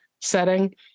setting